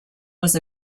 was